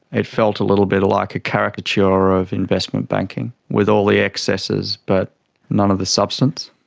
it felt a little bit like a caricature of investment banking with all the excesses, but none of the substance.